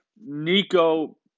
Nico